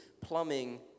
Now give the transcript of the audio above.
plumbing